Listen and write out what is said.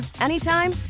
anytime